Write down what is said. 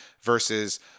versus